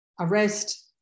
arrest